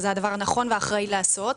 וזה הדבר הנכון והאחראי לעשות.